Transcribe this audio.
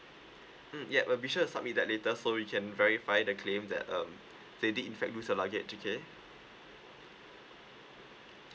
mm yup but be sure to submit that later so we can verify the claim that um they did in fact lose a luggage okay